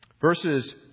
Verses